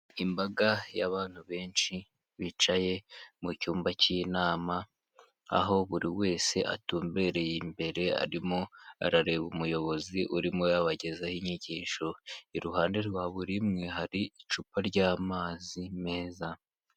Imbaga y'abantu benshi bicaye mu cyumba cy'inama aho buri wese atumbereye imbere arimo arareba umuyobozi urimo abagezaho inyigisho, iruhande rwa buri umwe hari icupa ry'amazi meza.